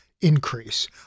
increase